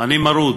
עני מרוד,